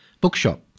Bookshop